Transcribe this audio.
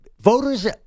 Voters